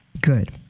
Good